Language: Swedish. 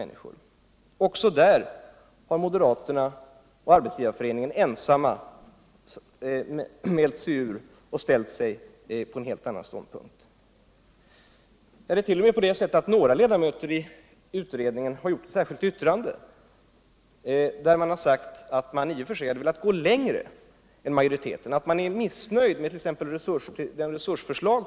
Även här tar moderaterna och Arbetsgivareföreningen en helt annan ståndpunkt. Det är t.o.m. på det sättet att några ledamöter i utredningen avgett ett särskilt yttrande, där man sagt att man i och för sig velat gå längre än majoriteten och att man är missnöjd med t.ex. majoritetens resursförslag.